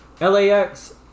LAX